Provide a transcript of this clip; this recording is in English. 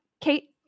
Kate